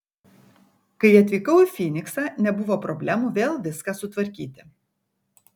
kai atvykau į fyniksą nebuvo problemų vėl viską sutvarkyti